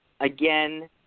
Again